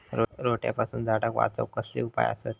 रोट्यापासून झाडाक वाचौक कसले उपाय आसत?